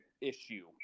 issue